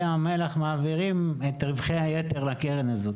ים המלח מעבירים את רווחי היתר לקרן הזאת.